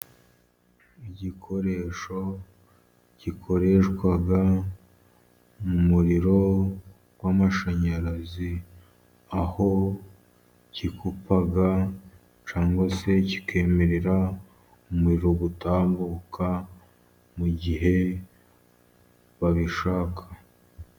Igikoresho gikoreshwa mu muriro w'amashanyarazi aho gikupa cyangwa se kikemerera umuriro gutambuka mu gihe babishaka.